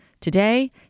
Today